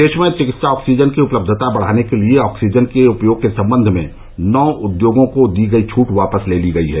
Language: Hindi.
देश में चिकित्सा ऑक्सीजन की उपलब्धता बढ़ाने के लिए ऑक्सीजन के उपयोग के संबंध में नौ उद्योगों को दी गई छूट वापस ले ली गई है